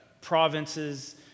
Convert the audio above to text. Provinces